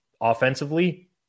offensively